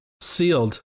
sealed